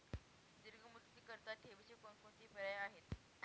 दीर्घ मुदतीकरीता ठेवीचे कोणकोणते पर्याय आहेत?